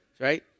right